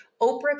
Oprah